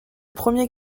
premier